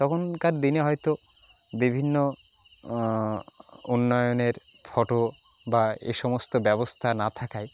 তখনকার দিনে হয়তো বিভিন্ন উন্নয়নের ফটো বা এ সমস্ত ব্যবস্থা না থাকায়